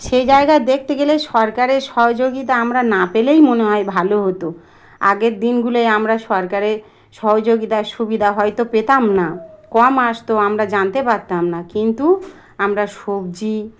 সেই জায়গায় দেখতে গেলে সরকারের সহযোগিতা আমরা না পেলেই মনে হয় ভালো হতো আগের দিনগুলোয় আমরা সরকারের সহযোগিতা সুবিধা হয়তো পেতাম না কম আসতো আমরা জানতে পারতাম না কিন্তু আমরা সবজি